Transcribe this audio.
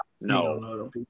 No